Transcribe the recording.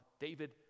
David